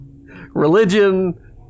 Religion